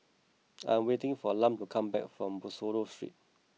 I am waiting for Lum to come back from Bussorah Street